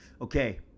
Okay